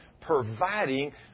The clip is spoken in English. providing